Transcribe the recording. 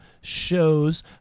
shows